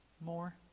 more